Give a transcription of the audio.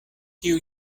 tiu